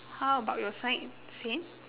how about your side same